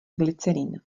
glycerin